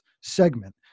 segment